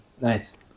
Nice